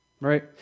right